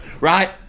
right